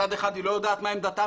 מצד אחד היא לא יודעת מה עמדתה,